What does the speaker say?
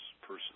person